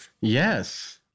yes